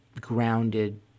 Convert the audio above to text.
grounded